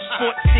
Sports